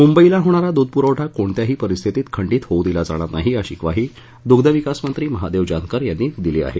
मुंबईला होणारा दूध पुरवठा कोणत्याही परिस्थितीत खंडित होऊ दिला जाणार नाही अशी ग्वाही दुग्ध विकास मंत्री महादेव जानकर यांनि दिलं आहे